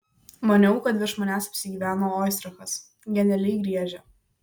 maniau kad virš manęs apsigyveno oistrachas genialiai griežia